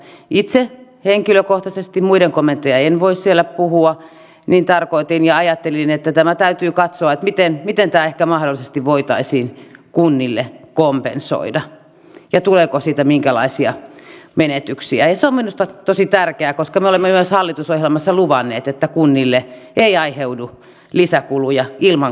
itse henkilökohtaisesti muiden kommenteista siellä en voi puhua tarkoitin ja ajattelin että tässä täytyy katsoa miten tämä ehkä mahdollisesti voitaisiin kunnille kompensoida ja tuleeko siitä minkälaisia menetyksiä ja se on minusta tosi tärkeää koska me olemme myös hallitusohjelmassa luvanneet että kunnille ei aiheudu lisäkuluja ilman kompensaatiota